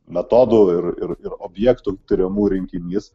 metodų ir ir objektų tiriamų rinkinys